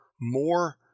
more